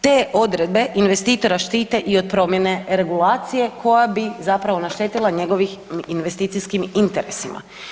Te odredbe investitora štite od promjene regulacija koja bi zapravo naštetila njegovim investicijskim interesima.